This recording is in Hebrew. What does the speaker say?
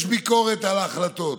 יש ביקורת על ההחלטות,